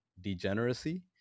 degeneracy